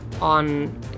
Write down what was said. on